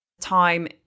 time